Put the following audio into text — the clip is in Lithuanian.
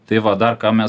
tai va dar ką mes